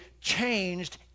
changed